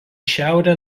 šiaurę